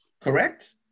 correct